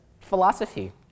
philosophy